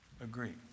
agree